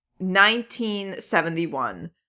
1971